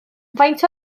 faint